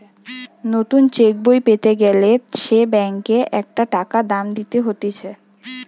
নতুন চেক বই পেতে গ্যালে সে ব্যাংকে একটা টাকা দাম দিতে হতিছে